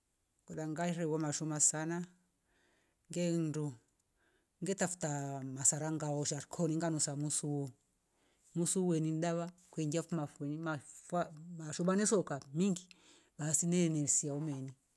Ngaerewa mashoma ngesengetra masara ngaosha rikoni nganusa muusu wo ukeengia fo mafueni ni dawa mashoma mesooka meengi evenesia o meni.